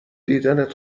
دیدنت